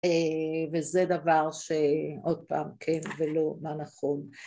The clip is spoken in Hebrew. וזה דבר שעוד פעם כן ולא מה נכון